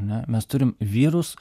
ne mes turime vyrus